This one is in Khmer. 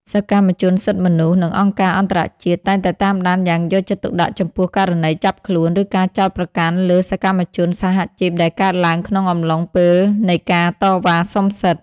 សកម្មជនសិទ្ធិមនុស្ស និងអង្គការអន្តរជាតិតែងតែតាមដានយ៉ាងយកចិត្តទុកដាក់ចំពោះករណីចាប់ខ្លួន ឬការចោទប្រកាន់លើសកម្មជនសហជីពដែលកើតឡើងក្នុងអំឡុងពេលនៃការតវ៉ាសុំសិទ្ធិ។